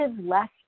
less